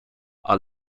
are